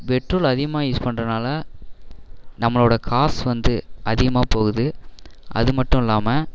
petrol அதிகமாக use பண்ணுறனால நம்மளோட காசு வந்து அதிகமாக போகுது அது மட்டும் இல்லாமல்